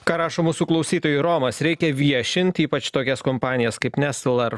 ką rašo mūsų klausytojai romas reikia viešint ypač tokias kompanijas kaip nestl ar